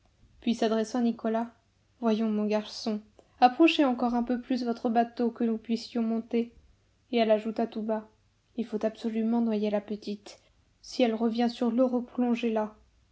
puis s'adressant à nicolas voyons mon garçon approchez encore un peu plus votre bateau que nous puissions monter et elle ajouta tout bas il faut absolument noyer la petite si elle revient sur l'eau